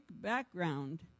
background